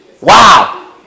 Wow